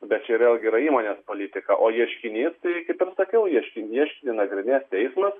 bet čia vėlgi yra įmonės politika o ieškinys tai kaip ir sakiau ieškį ieškinį nagrinės teismas